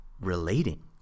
relating